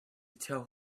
tell